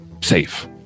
safe